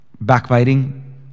backbiting